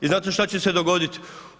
I znate šta će se dogoditi?